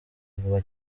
vuba